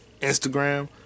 Instagram